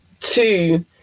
two